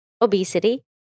obesity